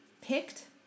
picked